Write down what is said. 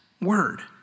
word